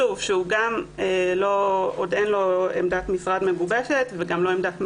משהו שעוד אין לו עמדת משרד מגובשת וגם לא עמדת מעסיקים.